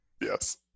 Yes